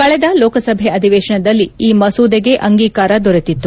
ಕಳೆದ ಲೋಕಸಭೆ ಅಧಿವೇಶನದಲ್ಲಿ ಈ ಮಸೂದೆಗೆ ಅಂಗೀಕಾರ ದೊರೆತಿತ್ತು